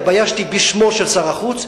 התביישתי בשמו של שר החוץ,